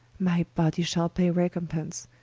my body shall pay recompence,